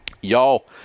Y'all